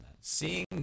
Seeing